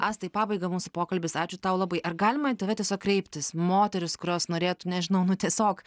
asta į pabaigą mūsų pokalbis ačiū tau labai ar galima į tave tiesiog kreiptis moterys kurios norėtų nežinau nu tiesiog